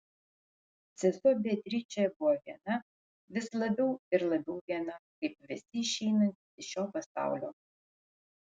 sesuo beatričė buvo viena vis labiau ir labiau viena kaip visi išeinantys iš šio pasaulio